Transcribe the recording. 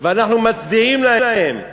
ואנחנו מצדיעים להם.